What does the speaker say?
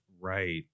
Right